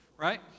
Right